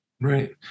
right